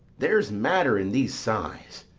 there's matter in these sighs.